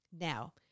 Now